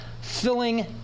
filling